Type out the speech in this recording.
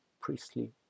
priestly